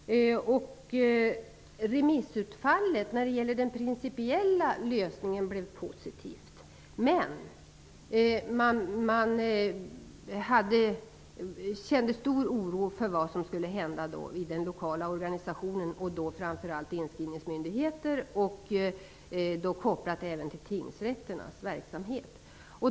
Remissutfallet när det gäller den principiella lösningen var positivt. Men man kände stor oro för vad som skulle hända med den lokala organisationen, framför allt för inskrivningsmyndigheterna kopplade till tingsrätternas verksamhet.